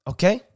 Okay